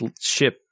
ship